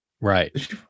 Right